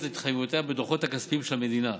את התחייבויותיה בדוחות הכספיים של המדינה.